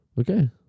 Okay